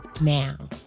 now